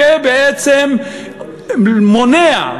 שבעצם מונע,